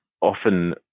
Often